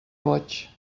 boig